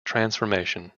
transformation